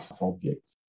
objects